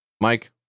Mike